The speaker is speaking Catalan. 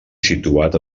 situat